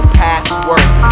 passwords